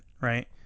right